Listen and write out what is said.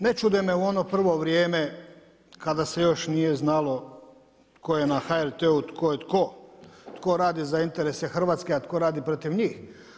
Ne čude me u ono prvo vrijeme kada se još nije znalo tko je na HRT-u tko je tko, tko radi za interese Hrvatske, a tko radi protiv njih.